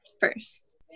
first